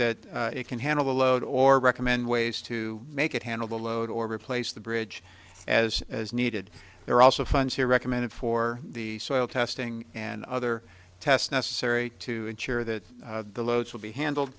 that it can handle the load or recommend ways to make it handle the load or replace the bridge as as needed there are also funds here recommended for the soil testing and other tests necessary to ensure that the loads will be handled